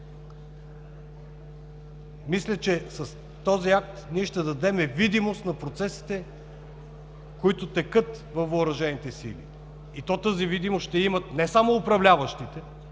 Мисля, че с този акт ние ще дадем видимост на процесите, които текат във Въоръжените сили, и то тази видимост ще я имат не само управляващи,